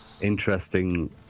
interesting